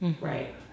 Right